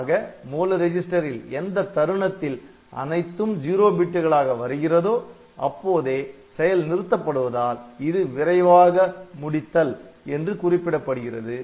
ஆக மூல ரிஜிஸ்டரில் எந்த தருணத்தில் அனைத்தும் '0' பிட்டுகளாக வருகிறதோ அப்போதே செயல் நிறுத்தப்படுவதால் இது "விரைவாக முடித்தல்" என்று குறிப்பிடப்படுகிறது